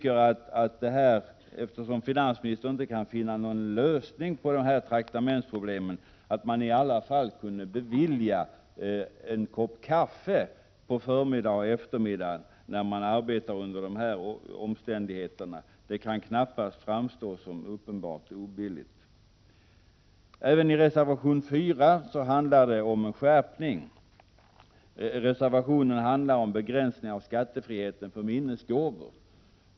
Eftersom finansministern inte kan finna någon lösning på de här traktamentsproblemen tycker jag att man i alla fall kunde bevilja skattefrihet för en kopp kaffe på förmiddagen och eftermiddagen för dem som arbetar under sådana omständigheter. Det kan knappast vara uppenbart obilligt. Även reservation 4 handlar om en skärpning. Reservationen gäller begränsning av skattefriheten för minnesgåvor.